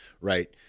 Right